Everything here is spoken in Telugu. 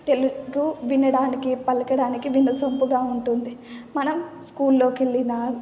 తెలుగు వినడానికి పలకడానికి వినసొంపుగా ఉంటుంది మనం స్కూల్లోకి వెళ్ళిన